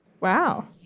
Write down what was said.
Wow